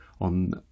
on